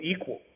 equal